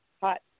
hot